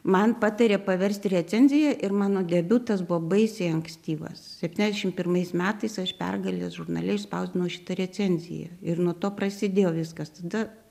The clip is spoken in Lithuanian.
man patare paversti recenzija ir mano debiutas buvo baisiai ankstyvas septyniasdešim pirmais metais aš pergalės žurnale išspausdinau šitą recenziją ir nuo to prasidėjo viskas tada